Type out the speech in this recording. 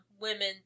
women